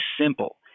simple